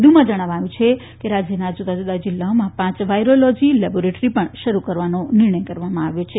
વધુમાં જણાવાયું છે કે રાજ્યના જુદા જુદા જિલ્લાઓમાં પાંચ વાયરોલોજી લેબોરેટરી પણ શરૂ કરવાનો નિર્ણય કરવામાં આવ્યો છે